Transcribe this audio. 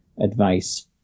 advice